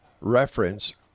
reference